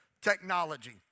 technology